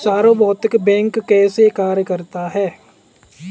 सार्वभौमिक बैंक कैसे कार्य करता है?